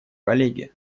коллеге